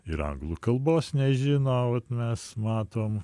ir anglų kalbos nežino vat mes matom